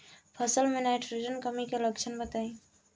फसल में नाइट्रोजन कमी के लक्षण बताइ?